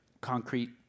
concrete